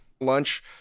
Lunch